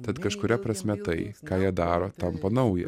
tad kažkuria prasme tai ką jie daro tampa nauja